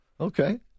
Okay